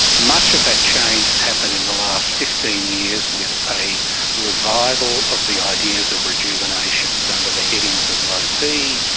much of that change has happened in the last fifteen years with a revival of the ideas of rejuvenation under the headings of low t,